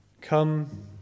come